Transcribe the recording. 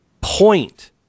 point